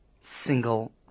single